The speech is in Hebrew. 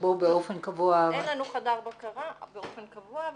אין לנו חדר בקרה באופן קבוע.